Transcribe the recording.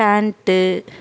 pant